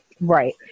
right